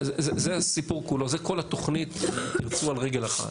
זה הסיפור כולו, זה כל התוכנית בקיצור על רגל אחת.